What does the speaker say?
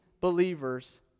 believers